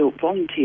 volunteer